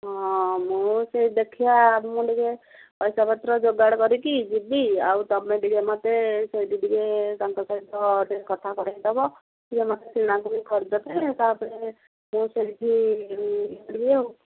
ହଁ ମୁଁ ସେଇ ଦେଖିିବା ମୁଁ ଟିକେ ପଇସା ପତ୍ର ଯୋଗାଡ଼ କରିକି ଯିବି ଆଉ ତୁମେ ଟିକିଏ ମୋତେ ସେଇଠି ଟିକେ ତାଙ୍କ ସହିତ ଟିକେ କଥା କରେଇଦେବ ଟିକଏ ମୋତେ ଚିହ୍ନାଚିହ୍ନି କରେଇ ଦେବ ତାପରେ ମୁଁ ସେଇଠି କରିବି